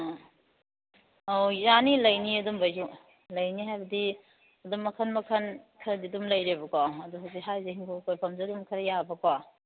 ꯑ ꯑꯣ ꯌꯥꯅꯤ ꯂꯩꯅꯤꯌꯦ ꯑꯗꯨꯒꯨꯝꯕꯒꯤꯁꯨ ꯂꯩꯅꯤ ꯍꯥꯏꯕꯗꯤ ꯑꯗꯨꯝ ꯃꯈꯜ ꯃꯈꯜ ꯈꯔꯗꯤ ꯑꯗꯨꯝ ꯂꯩꯔꯦꯕꯀꯣ ꯑꯗꯨ ꯍꯧꯖꯤꯛ ꯍꯥꯏꯔꯤꯁꯦ ꯏꯪꯈꯣꯜ ꯀꯣꯏꯐꯝꯁꯨ ꯑꯗꯨꯝ ꯈꯔ ꯌꯥꯕꯀꯣ